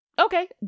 Okay